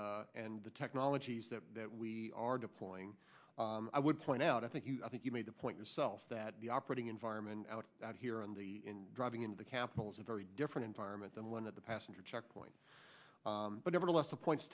and the technologies that that we are deploying i would point out i think you i think you made the point yourself that the operating environment out here and driving into the capital is a very different environment than one at the passenger checkpoint but nevertheless the points